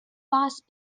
boss